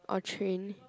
or train